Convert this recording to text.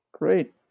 Great